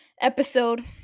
episode